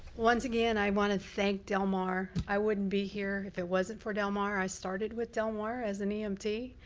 once again, i want to thank del mar. i wouldn't be here if it wasn't for del mar. i started with del mar as an emt.